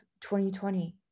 2020